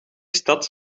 stad